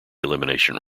elimination